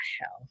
hell